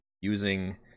using